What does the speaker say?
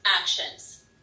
actions